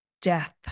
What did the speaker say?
death